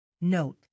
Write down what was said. Note